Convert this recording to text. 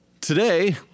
Today